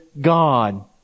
God